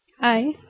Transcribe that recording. Hi